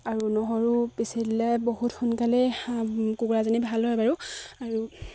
আৰু নহৰু পিচি দিলে বহুত সোনকালেই কুকুৰাজনী ভাল হয় বাৰু আৰু